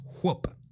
whoop